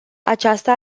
aceasta